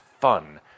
fun